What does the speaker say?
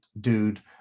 dude